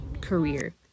career